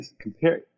compare